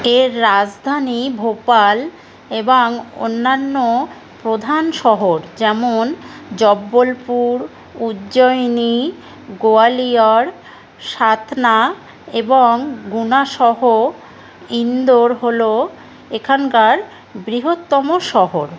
এর রাজধানী ভোপাল এবং অন্যান্য প্রধান শহর যেমন জব্বলপুর উজ্জয়িনী গোয়ালিয়র সাতনা এবং গুনা সহ ইন্দোর হলো এখানকার বৃহত্তম শহর